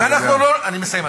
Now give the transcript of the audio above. אני מסיים,